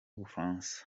bufaransa